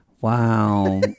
Wow